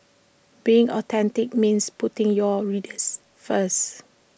being authentic means putting your readers first